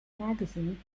magazine